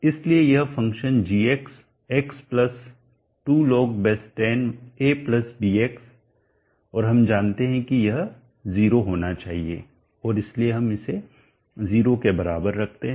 इसलिए यह function g x 2 log10 abx और हम जानते हैं कि यह 0 हो जाना चाहिए और इसलिए हम इसे 0 के बराबर रखते हैं